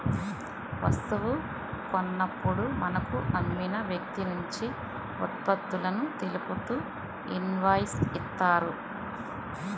వస్తువు కొన్నప్పుడు మనకు అమ్మిన వ్యక్తినుంచి ఉత్పత్తులను తెలుపుతూ ఇన్వాయిస్ ఇత్తారు